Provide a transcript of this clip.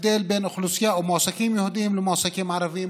הבדל בין אוכלוסייה ומועסקים יהודים למועסקים ערבים,